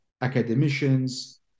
academicians